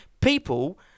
People